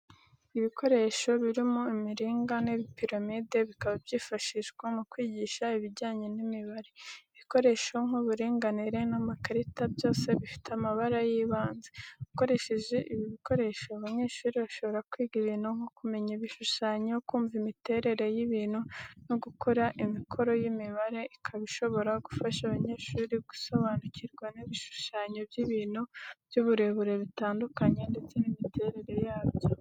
Ibikoresho by'uburezi, birimo imiringa, n'ibipiramide, bikaba byifashishwa mu kwigisha ibijyanye n'imibare. Ibikoresho nka nk'uburinganire, n'amakarita, byose bifite amabara y'ibanze. Ukoresheje ibi bikoresho, abanyeshuri bashobora kwiga ibintu nkO kumenya ibishushanyo, kumva imiterere y'ibintu, no gukora imikoro y'imibare ikaba ishobora gufasha abanyeshuri gusobanukirwa n'ibishushanyo by'ibintu by'uburebure bitandukanye ndetse n'imiterere yabyo.